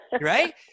right